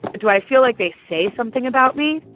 do i feel like they say something about me?